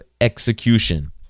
execution